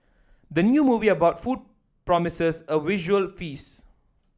the new movie about food promises a visual feast